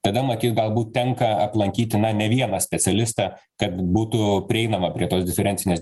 tada matyt galbūt tenka aplankyti na ne vieną specialistą kad būtų prieinama prie tos diferencinės